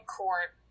court